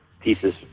pieces